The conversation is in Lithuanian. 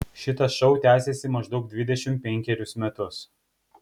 šitas šou tęsiasi maždaug dvidešimt penkerius metus